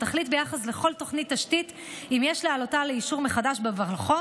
שתחליט ביחס לכל תוכנית תשתית אם יש להעלותה לאישור מחדש במחוז,